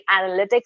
analytics